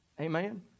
Amen